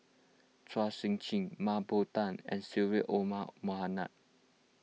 Chua Sian Chin Mah Bow Tan and Syed Omar Mohamed